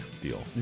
deal